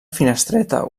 finestreta